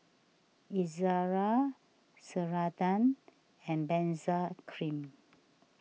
Ezerra Ceradan and Benzac Cream